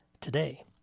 today